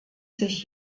sich